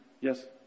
Yes